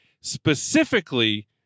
specifically